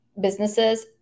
businesses